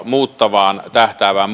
muuttamaan tähtäävää